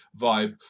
vibe